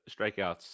strikeouts